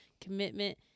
commitment